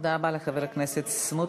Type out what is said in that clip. תודה רבה לחבר הכנסת סמוטריץ.